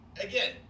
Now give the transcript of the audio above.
again